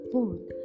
Fourth